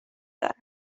دارد